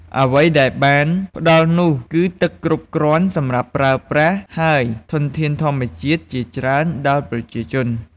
អ្វីដែលបានផ្តល់នោះគឺទឹកគ្រប់គ្រាន់សម្រាប់ប្រើប្រាស់ ហើយធនធានធម្មជាតិជាច្រើនដល់ប្រជាជន។